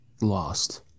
lost